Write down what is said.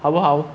好不好